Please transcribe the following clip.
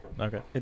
okay